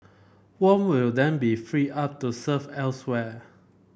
Wong will then be freed up to serve elsewhere